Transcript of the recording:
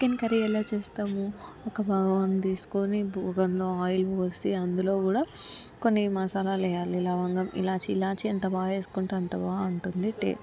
chicken curry ఎలా చేస్తాము ఒక భగవం తీస్కొని బుగంలో ఆయిల్ పోసి అందులో కూడా కొన్ని మసాలాలు వెయ్యాలి లవంగం ఇలాచీ ఇలాచి ఎంత బాగేస్కుంటే అంత బాగుంటుంది టే